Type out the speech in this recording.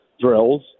drills